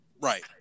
Right